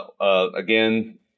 Again